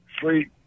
sweet